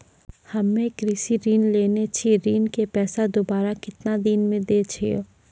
हम्मे कृषि ऋण लेने छी ऋण के पैसा दोबारा कितना दिन मे देना छै यो?